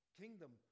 kingdom